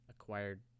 acquired